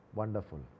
Wonderful।